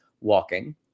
walking